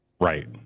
Right